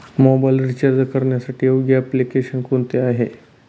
Mobile recharge करण्यासाठी योग्य application कोणते आहे?